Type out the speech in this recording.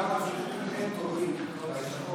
למה צריך לשלם